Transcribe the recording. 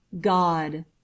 God